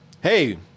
hey